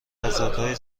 تضادهای